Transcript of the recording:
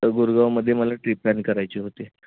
तर गुरगावमध्ये मला ट्रीप प्लॅन करायची होती